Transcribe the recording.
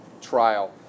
trial